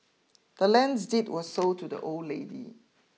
the land's deed was sold to the old lady